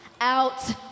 out